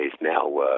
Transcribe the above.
now